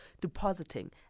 depositing